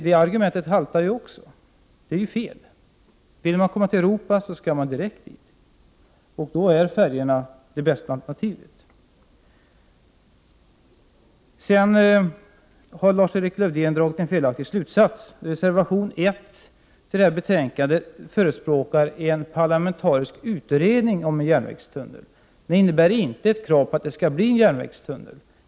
Det argumentet haltar således också. Det är alltså fel att tänka så. Vill man ta sig till Europa, skall man åka direkt dit. Färjorna är då det bästa alternativet. Sedan vill jag säga att Lars-Erik Lövdén har dragit en felaktig slutsats. I reservation 1 i detta betänkande förespråkar man en parlamentarisk utredning av frågan om en järnvägstunnel. Men det innebär inte ett krav på en järnvägstunnel.